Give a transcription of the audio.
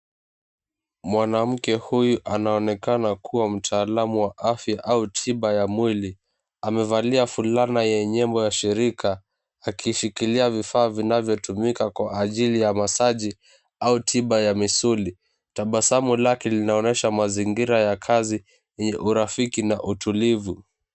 Mwanamke huyu anaonekana kuwa mtaalamu wa afya au tiba ya mwili. Amevalia fulana yenye nembo ya shirika akishikilia vifaa vinavyotumika kwa ajili ya masaji au tiba ya misuli. Tabasamu lake linaonyesha mazingira ya kazi ni urafiki na utulivu.